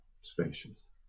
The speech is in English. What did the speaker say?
spacious